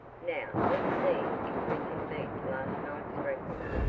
now let's see if we can beat last night's record.